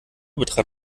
betrat